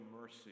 mercy